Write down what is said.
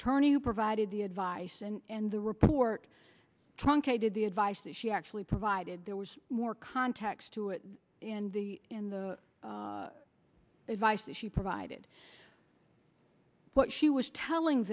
attorney who provided the advice and the report truncated the advice that she actually provided there was more context to it in the in the advice that she provided what she was telling